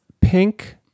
pink